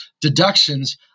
deductions